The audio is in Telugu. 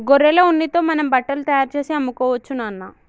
గొర్రెల ఉన్నితో మనం బట్టలు తయారుచేసి అమ్ముకోవచ్చు నాన్న